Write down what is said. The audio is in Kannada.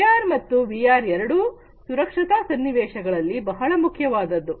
ಎಆರ್ ಮತ್ತು ವಿಆರ್ ಎರಡು ಸುರಕ್ಷತಾ ಸನ್ನಿವೇಶಗಳಲ್ಲಿ ಬಹಳ ಮುಖ್ಯವಾದದ್ದು